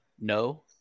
No